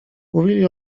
mówili